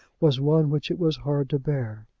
was one which it was hard to bear.